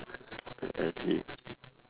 uh I see